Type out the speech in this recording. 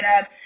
up